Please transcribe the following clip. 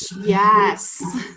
yes